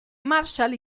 marshall